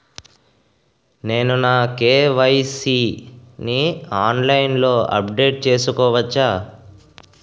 నేను నా కే.వై.సీ ని ఆన్లైన్ లో అప్డేట్ చేసుకోవచ్చా?